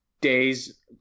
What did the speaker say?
days